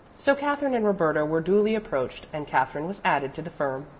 so katherine and roberta were duly approached and katherine was added to the firm.